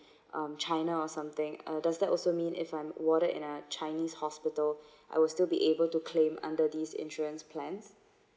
um china or something uh does that also mean if I'm warded in at chinese hospital I was still be able to claim under these insurance plans